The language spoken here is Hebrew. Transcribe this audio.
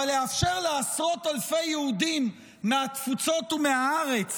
אבל לאפשר לעשרות אלפי יהודים מהתפוצות ומהארץ